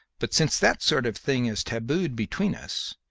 but since that sort of thing is tabooed between us,